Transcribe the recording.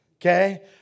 Okay